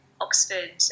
Oxford